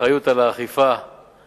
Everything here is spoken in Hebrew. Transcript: אין לה מדיניות אכיפה סלקטיבית.